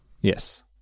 Yes